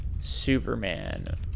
Superman